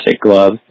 glove